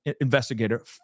investigator